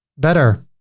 better.